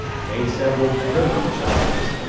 made several brilliant charges,